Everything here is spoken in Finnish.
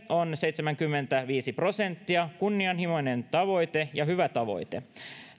on seitsemänkymmentäviisi prosenttia kunnianhimoinen tavoite ja hyvä tavoite